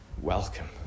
welcome